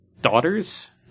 daughters